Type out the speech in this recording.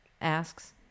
asks